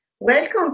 Welcome